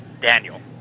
Daniel